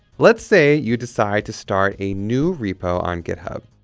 let's say you decide to start a new repo on github.